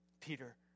Peter